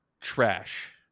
trash